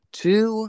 two